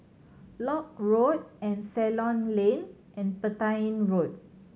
Lock Road and Ceylon Lane and Petain Road